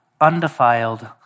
undefiled